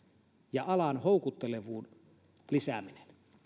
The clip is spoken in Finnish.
ja alan houkuttelevuuden lisääminen